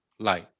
light